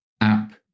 app